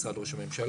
משרד ראש הממשלה,